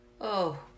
Oh